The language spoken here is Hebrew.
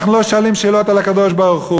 אנחנו לא שואלים שאלות על הקדוש-ברוך-הוא.